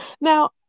Now